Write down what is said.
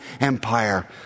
Empire